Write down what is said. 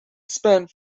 spent